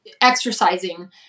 exercising